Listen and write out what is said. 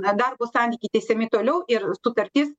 darbo santykiai tęsiami toliau ir sutartis